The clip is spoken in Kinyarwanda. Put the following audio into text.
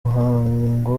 muhango